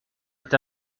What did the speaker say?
est